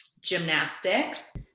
Gymnastics